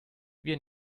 wir